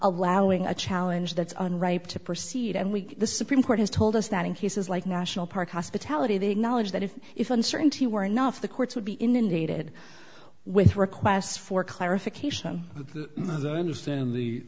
allowing a challenge that's on ripe to proceed and we the supreme court has told us that he says like national park hospitality they acknowledge that if if uncertainty were enough the courts would be inundated with requests for clarification